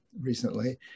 recently